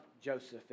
Joseph